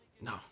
no